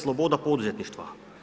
Sloboda poduzetništva.